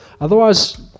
Otherwise